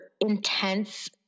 intense